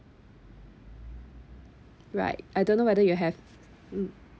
right I don't know whether you have mm